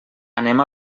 anem